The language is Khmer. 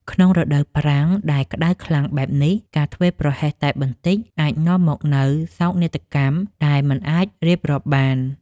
ក្នុងរដូវប្រាំងដែលក្តៅខ្លាំងបែបនេះ ការធ្វេសប្រហែសតែបន្តិចអាចនាំមកនូវសោកនាដកម្មដែលមិនអាចរៀបរាប់បាន។